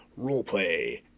Roleplay